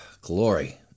Glory